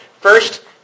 First